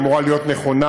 שהיא אמורה להיות נכונה,